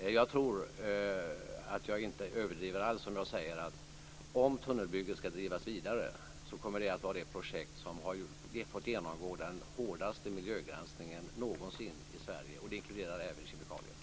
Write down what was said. Jag tror inte att jag överdriver alls om jag säger att om tunnelbygget skall drivas vidare kommer detta att vara det projekt som har fått genomgå den hårdaste miljögranskningen någonsin i Sverige, och det inkluderar även kemikalier.